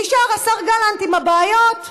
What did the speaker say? נשאר השר גלנט עם הבעיות,